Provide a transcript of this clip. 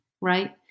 right